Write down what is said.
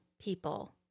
people